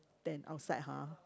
than outside !huh!